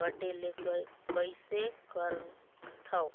कटे ले कइसे करथव?